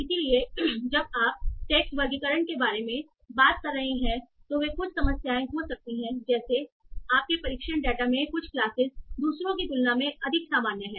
इसलिए जब आप टेक्स्ट वर्गीकरण के बारे में बात कर रहे हैं तो वे कुछ समस्याएँ हो सकती हैं जैसे आपके प्रशिक्षण डेटा में कुछ क्लासेस दूसरों की तुलना में अधिक सामान्य हैं